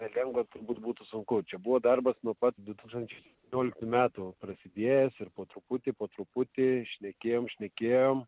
nelengva turbūt būtų sunku čia buvo darbas nuo pat du tūkstančiai vienuoliktų metų prasidėjęs ir po truputį po truputį šnekėjome šnekėjome